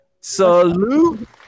Salute